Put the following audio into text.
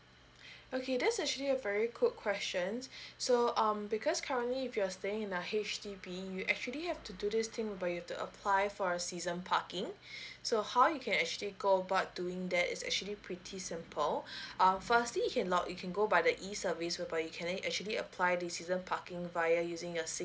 okay that is actually a very good question so um because currently if you're staying in a H_D_B you actually have to do this thing for you to apply for a season parking so how you can actually go about doing that is actually pretty simple um firstly can ballot you can go by the e service that you can actually apply the season parking via using your sing